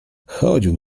chodził